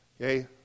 Okay